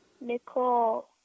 Nicole